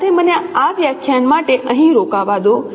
આ સાથે મને આ વ્યાખ્યાન માટે અહીં રોકાવા દો